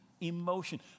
emotion